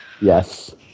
Yes